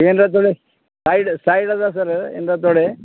ಏನರ ತೊಳಿ side side ಅದೆ ಸರ್ ಏನರ ತೊಳಿ